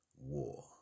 War